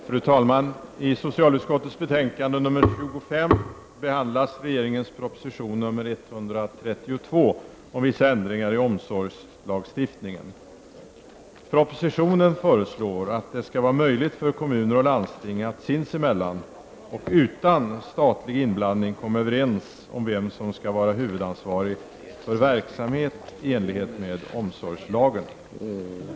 Fru talman! I socialutskottets betänkande nr25 behandlas regeringens proposition nr 132 om vissa ändringar i omsorgslagstiftningen. Propositionen föreslår att det skall vara möjligt för kommuner och landsting att sinsemellan, och utan statlig inblandning, komma överens om vem som skall vara huvudansvarig för verksamhet i enlighet med omsorgslagen.